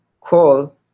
call